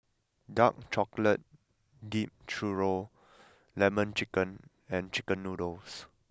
Dark Chocolate Dipped Churro Lemon Chicken and Chicken Noodles